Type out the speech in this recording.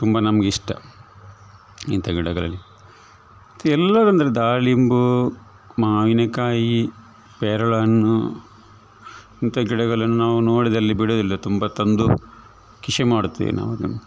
ತುಂಬ ನಮಗಿಷ್ಟ ಇಂಥ ಗಿಡಗಳಲ್ಲಿ ಮತ್ತು ಎಲ್ಲಾದು ಅಂದರೆ ದಾಳಿಂಬೆ ಮಾವಿನಕಾಯಿ ಪೇರಳೆ ಹಣ್ಣು ಇಂಥಾ ಗಿಡಗಳನ್ನು ನಾವು ನೋಡಿದಲ್ಲಿ ಬಿಡೋದಿಲ್ಲ ತುಂಬ ತಂದು ಕೃಷಿ ಮಾಡುತ್ತೇವೆ ನಾವು ಅದನ್ನು